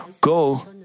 go